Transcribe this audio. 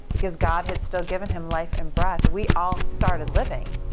because god had still given him life and breath, we all started living.